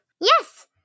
Yes